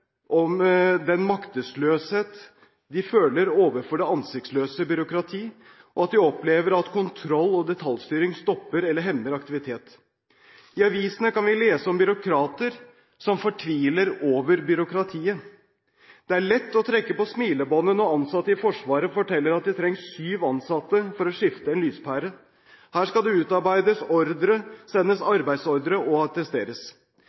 ansiktsløse byråkrati, og at de opplever at kontroll og detaljstyring stopper eller hemmer aktivitet. I avisene kan vi lese om byråkrater som fortviler over byråkratiet. Det er lett å trekke på smilebåndet når ansatte i Forsvaret forteller at det trengs syv ansatte for å skifte en lyspære. Her skal det utarbeides ordre, sendes arbeidsordre og attesteres.